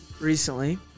recently